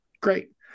great